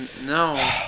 No